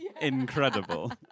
Incredible